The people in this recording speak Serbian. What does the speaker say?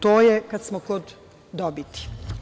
To je kada smo kod dobiti.